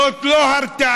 זו לא הרתעה,